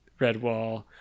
Redwall